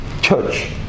church